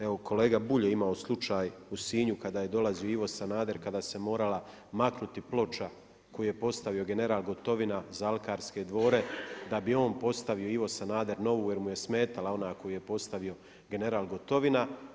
Evo, kolega Bulj je imao slučaj u Sinju kada je dolazio Ivo Sanader, kada se morala maknuti ploča koju je postavio general Gotovina za alkarske dvore, da bi on postavio Ivo Sanader, jer mu je smetala ona koju je postavio general Gotovina.